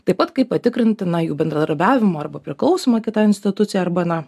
taip pat kaip patikrintiną jų bendradarbiavimo arba priklausoma kita institucija arba na